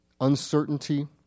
uncertainty